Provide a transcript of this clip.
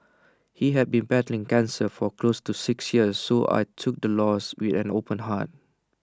he had been battling cancer for close to six years so I took the loss with an open heart